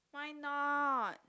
why not